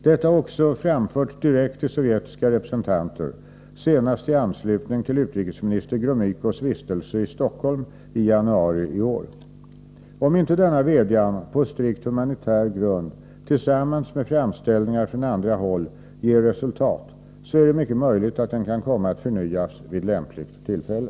Detta har också framförts direkt till sovjetiska representanter, senast i anslutning till utrikesminister Gromykos vistelse i Stockholm i januari i år. Om inte denna vädjan, på strikt humanitär grund, tillsammans med framställningar från andra håll, ger resultat är det mycket möjligt att den kan komma att förnyas vid lämpligt tillfälle.